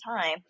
time